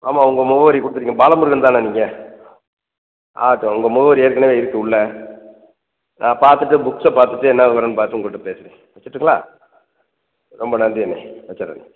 ஆமாம் உங்கள் முகவரி கொடுத்துருக்கிங்க பாலமுருகன்தானே நீங்கள் ஆகட்டும் உங்கள் முகவரி ஏற்கனவே இருக்குது உள்ளே நான் பார்த்துட்டு புக்ஸை பார்த்துட்டு என்ன விவரம்னு பார்த்து உங்கள்கிட்ட பேசுகிறேன் வெச்சிடட்டுங்களா ரொம்ப நன்றி அண்ணே வெச்சுட்றேண்ணே